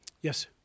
Yes